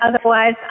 otherwise